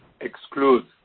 exclude